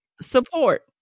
support